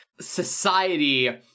society